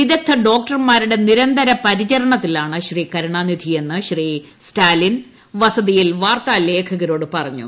വിദഗ്ദ്ധ ഡോക്ടർമാരുടെ നിരന്തര പരിച്ചരണിത്തിലാണ് കരുണാനിധിയെന്ന് സ്റ്റാലിൻ വസതിയിൽ പ്ാർത്താ ലേഖകരോട് പറഞ്ഞു